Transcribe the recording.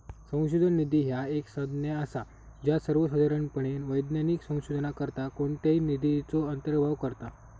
संशोधन निधी ह्या एक संज्ञा असा ज्या सर्वोसाधारणपणे वैज्ञानिक संशोधनाकरता कोणत्याही निधीचो अंतर्भाव करता